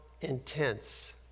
intense